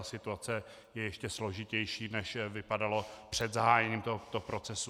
Situace je ještě složitější, než vypadala před zahájením tohoto procesu.